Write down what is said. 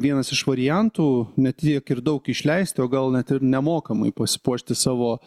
vienas iš variantų ne tiek ir daug išleisti o gal net ir nemokamai pasipuošti savo